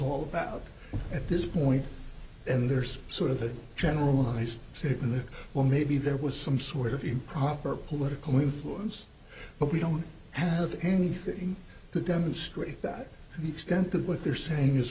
all about at this point and there's sort of that generalized fear in the well maybe there was some sort of improper political influence but we don't have anything to demonstrate that the extent of what they're saying is